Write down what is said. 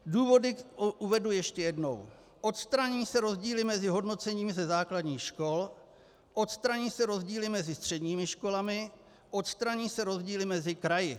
Důvody uvedu ještě jednou: Odstraní se rozdíly mezi hodnocením ze základních škol, odstraní se rozdíly mezi středními školami, odstraní se rozdíly mezi kraji.